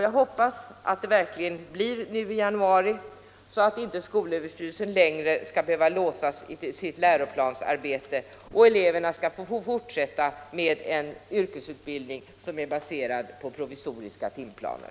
Jag hoppas att det verkligen blir i januari, så att inte skolöverstyrelsen längre skall behöva låsas i sitt läroplansarbete och eleverna behöva fortsätta med en yrkesutbildning som är baserad på provisoriska timplaner.